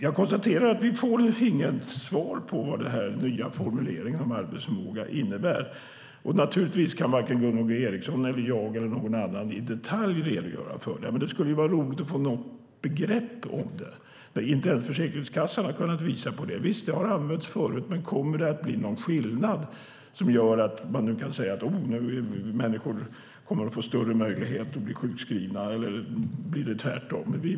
Jag konstaterar att vi får inget svar på vad den nya formuleringen om arbetsförmåga innebär. Naturligtvis kan varken Gunvor G Ericson, jag eller någon annan i detalj redogöra för det, men det skulle vara roligt att få något grepp om det. Inte ens Försäkringskassan har kunnat visa på det. Visst har formuleringen använts förut, men kommer det att bli någon skillnad som gör att man kan säga att människor kommer att få större möjlighet att bli sjukskrivna eller tvärtom?